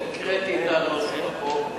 הקראתי את נוסח החוק,